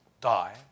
die